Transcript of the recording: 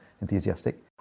enthusiastic